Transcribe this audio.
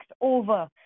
over